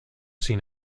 sin